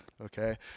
okay